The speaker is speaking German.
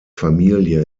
familie